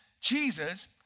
Jesus